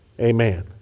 Amen